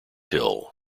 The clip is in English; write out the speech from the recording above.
hill